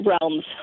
realms